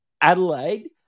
Adelaide